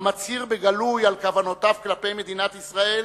המצהיר בגלוי על כוונותיו כלפי מדינת ישראל,